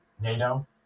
NATO